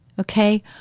Okay